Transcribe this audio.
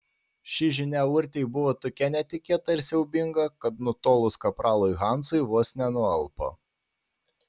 ši žinia urtei buvo tokia netikėta ir siaubinga kad nutolus kapralui hansui vos nenualpo